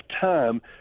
time